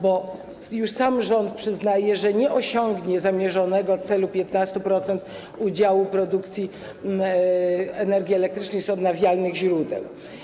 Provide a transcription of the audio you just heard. Bo już sam rząd przyznaje, że nie osiągnie zamierzonego celu 15% udziału produkcji energii elektrycznej z odnawialnych źródeł.